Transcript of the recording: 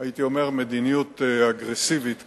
הייתי אומר, מדיניות אגרסיבית כזו,